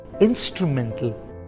instrumental